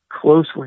closely